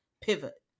pivot